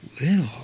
little